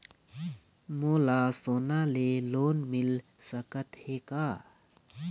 मोला सोना से लोन मिल सकत हे का?